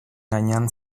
gainean